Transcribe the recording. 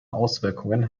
auswirkungen